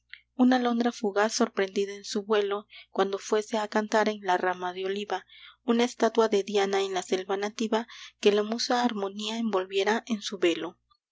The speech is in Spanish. una alondra fugaz sorprendida en su vuelo cuando fuese a cantar en la rama de oliva una estatua de diana en la selva nativa que la musa armonía envolviera en su velo